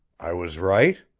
i was right?